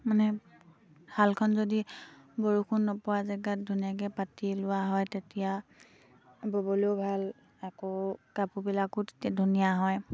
মানে শালখন যদি বৰষুণ নোপোৱা জেগাত ধুনীয়াকে পাতি লোৱা হয় তেতিয়া ব'বলৈয়ো ভাল আকৌ কাপোৰবিলাকো তেতিয়া ধুনীয়া হয়